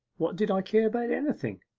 what did i care about anything?